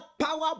power